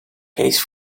case